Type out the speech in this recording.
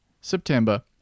September